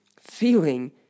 feeling